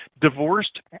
Divorced